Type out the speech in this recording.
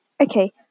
Okay